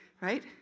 Right